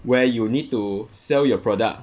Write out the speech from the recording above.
where you need to sell your product